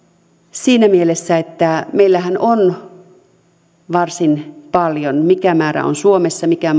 siinä mielessä että meillähän on varsin paljon mikä määrä on suomessa mikä